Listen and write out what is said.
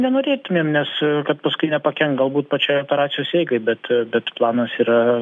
nenorėtumėm nes kad paskui nepakenkt galbūt pačiai operacijos eigai bet bet planas yra